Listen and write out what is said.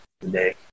today